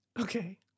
Okay